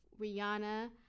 Rihanna